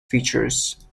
features